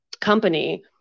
company